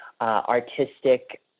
artistic